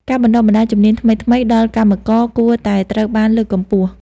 ការបណ្តុះបណ្តាលជំនាញថ្មីៗដល់កម្មករគួរតែត្រូវបានលើកកម្ពស់។